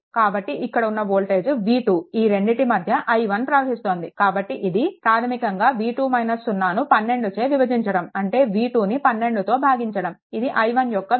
కాబట్టి ఇక్కడ ఉన్న వోల్టేజ్ V2 ఈ రెండిటి మధ్య i1 ప్రవహిస్తుంది కాబట్టి ఇది ప్రాధమికంగా V2 - 0ను 12చే విభజించడం అంటే V2ను 12తో భాగించడం ఇది i1 యొక్క విలువ